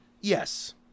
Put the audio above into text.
Yes